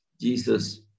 Jesus